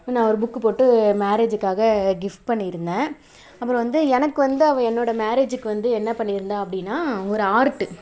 நான் ஒரு புக்கு போட்டு மேரேஜுக்காக கிஃப்ட் பண்ணியிருந்தேன் அப்புறம் வந்து எனக்கு வந்த அவள் என்னோடய மேரேஜுக்கு வந்து என்ன பண்ணியிருந்தாள் அப்படினா ஒரு ஆர்ட்டு